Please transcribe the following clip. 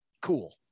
Cool